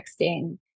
texting